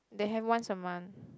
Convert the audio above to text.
they have once a month